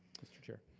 mr. chair.